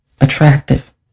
attractive